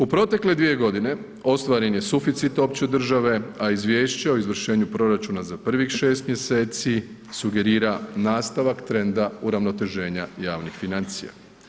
U protekle dvije godine ostvaren je suficit opće države, a izvješće o izvršenju proračuna za prvih šest mjeseci sugerira nastavak trenda uravnoteženja javnih financija.